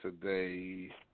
today